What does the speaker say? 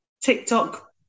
TikTok